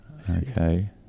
okay